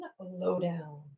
lowdown